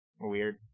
Weird